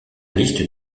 liste